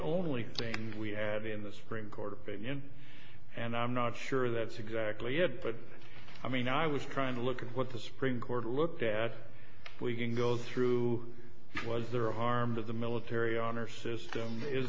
only thing we have in the supreme court opinion and i'm not sure that's exactly it but i mean i was trying to look at what the supreme court looked at we can go through was there are harmed of the military honor system is